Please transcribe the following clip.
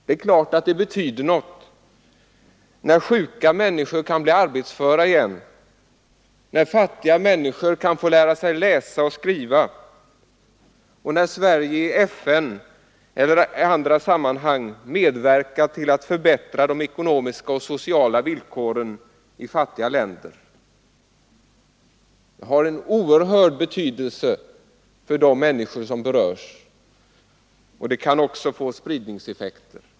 Det är klart att det betyder något, när sjuka människor kan bli arbetsföra igen, när fattiga människor kan få lära sig läsa och skriva och när Sverige i FN eller i andra sammanhang medverkar till att förbättra de ekonomiska och sociala villkoren i fattiga länder. Det har en oerhörd betydelse för de människor som berörs, och det kan också få spridningseffekter.